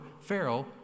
Pharaoh